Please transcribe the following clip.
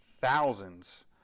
thousands